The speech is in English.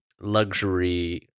luxury